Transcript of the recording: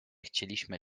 chcieliśmy